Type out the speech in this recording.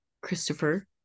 Christopher